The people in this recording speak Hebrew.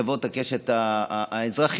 קצוות הקשת האזרחית,